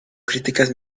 críticas